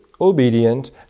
obedient